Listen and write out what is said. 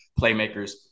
playmakers